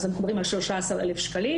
אז אנחנו מדברים על 13,000 אלף שקלים,